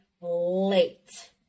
late